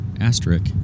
Asterisk